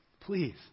Please